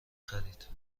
خرید